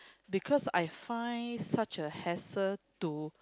because I find such a hassle to